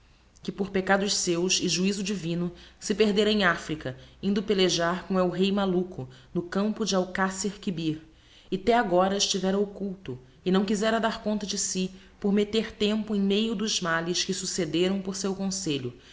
que por peccados seus e juiso divino se perdera em africa indo peleijar com elrey maluco no campo de alcacere quibir e the agora estivera oculto e não quizera dar conta de si por meter tempo em meio dos males que succederam por seu conselho